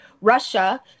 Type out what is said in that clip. Russia